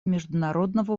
международного